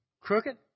Crooked